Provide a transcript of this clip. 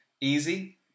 easy